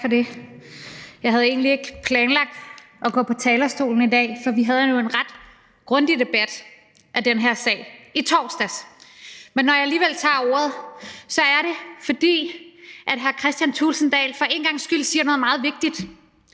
Tak for det. Jeg havde egentlig ikke planlagt at gå på talerstolen i dag, for vi havde jo en ret grundig debat om den her sag i torsdags. Men når jeg alligevel tager ordet, er det, fordi hr. Kristian Thulesen Dahl for en gangs skylde siger noget meget vigtigt,